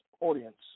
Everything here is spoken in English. audience